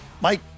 Mike